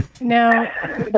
now